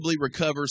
recover